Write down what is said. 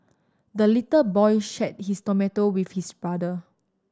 the little boy shared his tomato with his brother